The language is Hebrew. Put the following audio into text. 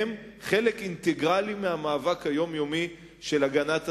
הם חלק אינטגרלי מהמאבק היומיומי של הגנת הסביבה.